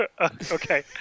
Okay